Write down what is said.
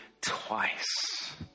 twice